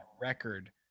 record